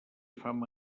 fama